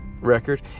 record